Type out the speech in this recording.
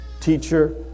teacher